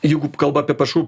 jeigu kalba apie pašarų